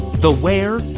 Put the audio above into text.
the where,